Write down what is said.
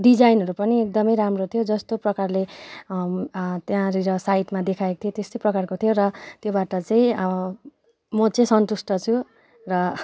डिजाइनहरू पनि एकदमै राम्रो थियो जस्तो प्रकारले त्यहाँनेर साइटमा देखाएको थियो त्यस्तै प्रकारको थियो र त्योबाट चाहिँ म चाहिँ सन्तुष्ट छु र